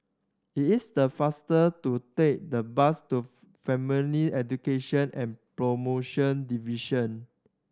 it is the faster to take the bus to Family Education and Promotion Division